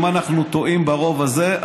אם אנחנו טועים ברוב הזה,